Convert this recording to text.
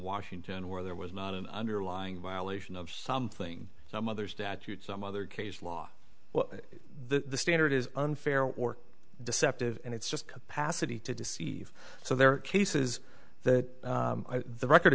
washington where there was not an underlying violation of something some others data and some other case law well the standard is unfair or deceptive and it's just capacity to deceive so there are cases that the record